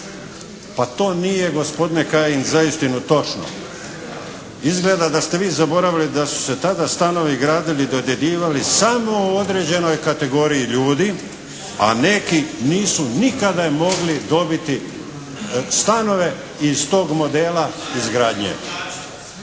Pa to nije gospodine Kajin zaistinu točno. Izgleda da ste vi zaboravili da su se tada stanovi gradili, dodjeljivali samo određenoj kategoriji ljudi, a neki nisu nikada mogli dobiti stanove i iz tog modela izgradnje.